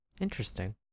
interesting